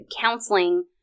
counseling